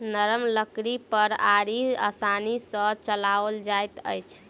नरम लकड़ी पर आरी आसानी सॅ चलाओल जाइत अछि